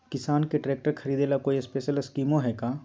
किसान के ट्रैक्टर खरीदे ला कोई स्पेशल स्कीमो हइ का?